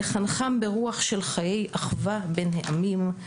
לחנכם ברוח של חיי אחווה בין העמים,